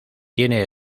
tiene